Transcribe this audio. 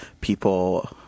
people